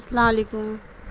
السلام علیکم